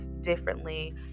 differently